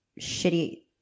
shitty